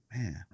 Man